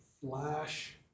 flash